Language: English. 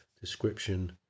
Description